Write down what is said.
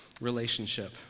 relationship